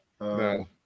no